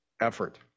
effort